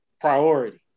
priority